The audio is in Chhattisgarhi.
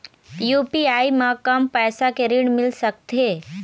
यू.पी.आई म कम पैसा के ऋण मिल सकथे?